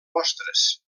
mostres